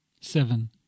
Seven